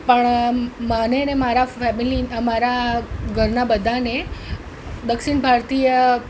પણ મને અને મારા ફેમિલી મારા ઘરના બધાને દક્ષિણ ભારતીય